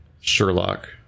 Sherlock